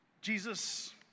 Jesus